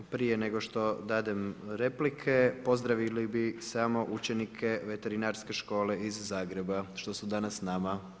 Prije nego što dadem replike pozdravili bi samo učenike Veterinarske škole iz Zagreba što su danas sa nama.